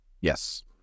Yes